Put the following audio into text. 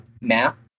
map